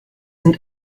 sind